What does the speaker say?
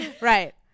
Right